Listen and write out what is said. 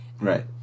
Right